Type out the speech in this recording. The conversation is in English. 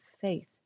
faith